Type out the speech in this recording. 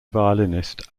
violinist